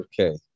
Okay